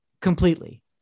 completely